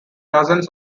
dozens